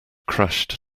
crashed